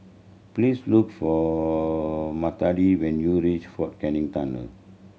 please look for Matilda when you reach Fort Canning Tunnel